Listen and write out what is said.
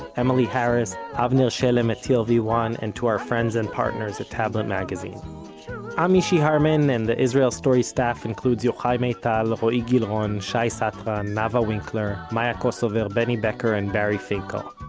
emily harris, avner shelem at t l v one, and to our friends and partners at tablet magazine i'm mishy harman, and the israel story staff includes yochai maital, roee gilron, shai satran, nava winkler, maya kosover, benny becker and bari finkel.